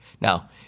Now